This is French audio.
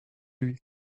lui